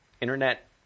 Internet